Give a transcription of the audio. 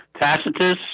Tacitus